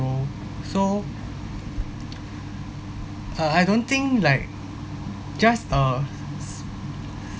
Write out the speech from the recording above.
grow so uh I don't think like just a